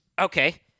Okay